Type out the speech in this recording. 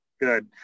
Good